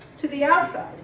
to the outside,